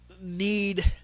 need